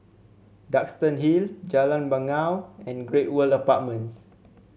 Duxton Hill Jalan Bangau and Great World Apartments